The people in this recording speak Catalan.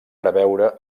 preveure